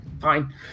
fine